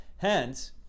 Hence